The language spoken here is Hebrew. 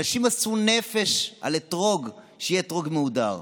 אנשים מסרו נפש על אתרוג שיהיה אתרוג מהודר.